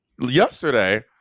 yesterday